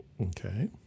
Okay